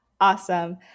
Awesome